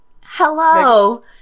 Hello